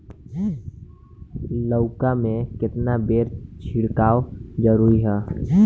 लउका में केतना बेर छिड़काव जरूरी ह?